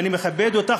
אני מכבד אותך,